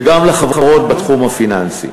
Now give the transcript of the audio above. וגם לחברות בתחום הפיננסי.